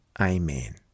Amen